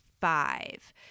five